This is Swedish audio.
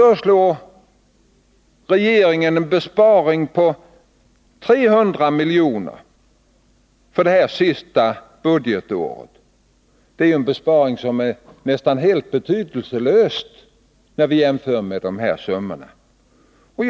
Regeringen föreslår en besparing på 300 milj.kr. för det sista budgetåret. Det är en besparing som är nästan helt betydelselös när vi tar hänsyn till vilka summor det gäller.